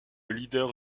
leader